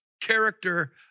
character